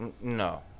no